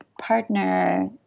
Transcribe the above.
partner